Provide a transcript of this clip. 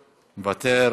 מוותר.